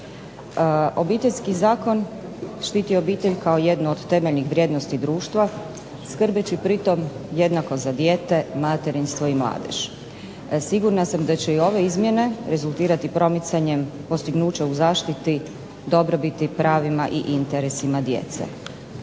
Obiteljski zakon štiti obitelj kao jednu od temeljnih vrijednosti društva skrbeći pritom jednako za dijete, materinstvo i mladež. Sigurna sam da će i ove izmjene rezultirati promicanjem postignuća u zaštiti, dobrobiti, pravima i interesima djece.